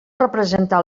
representar